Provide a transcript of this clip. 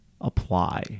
apply